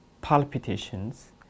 palpitations